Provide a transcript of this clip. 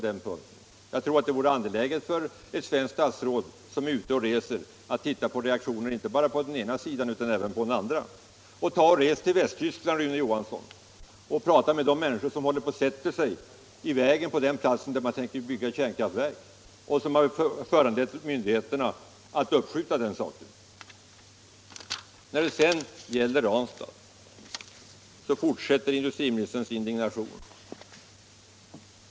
Det vore angeläget för ett svenskt statsråd som är ute och reser att titta på reaktioner inte bara på den ena utan även på den andra sidan. Res till Västtyskland, Rune Johansson, och prata med de människor som sätter sig i vägen på den plats där man tänker bygga ett kärnkraftverk! De protesterna har föranlett myndigheterna att uppskjuta byggandet. När det gäller Ranstad fortsätter industriministerns indignation.